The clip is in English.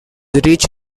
rich